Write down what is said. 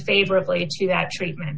favorably to that treatment